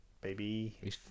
Baby